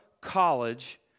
college